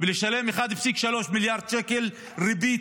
ולשלם עוד 1.3 מיליארד שקל ריבית.